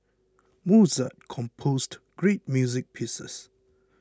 Mozart composed great music pieces